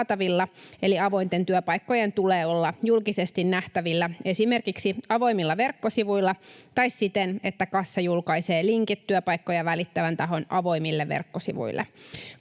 avointen työpaikkojen tulee olla julkisesti nähtävillä esimerkiksi avoimilla verkkosivuilla tai siten, että kassa julkaisee linkit työpaikkoja välittävän tahon avoimille verkkosivuille.